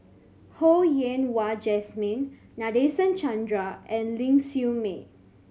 Ho Yen Wah Jesmine Nadasen Chandra and Ling Siew May